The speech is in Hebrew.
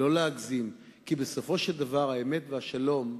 ולא להגזים, כי בסופו של דבר, האמת והשלום,